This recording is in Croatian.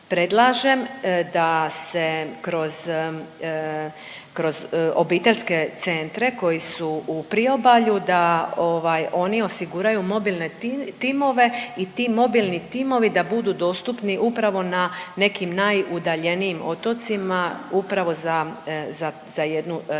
predlažem da se kroz, kroz obiteljske centre koji su u priobalju da ovaj oni osiguraju mobilne timove i ti mobilni timovi da budu dostupni upravo na nekim najudaljenijim otocima upravo za jednu takvu